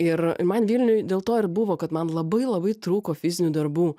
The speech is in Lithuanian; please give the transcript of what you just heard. ir man vilniuj dėl to ir buvo kad man labai labai trūko fizinių darbų